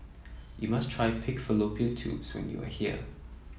you must try Pig Fallopian Tubes when you are here